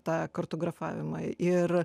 tą kartografavimą ir